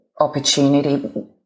opportunity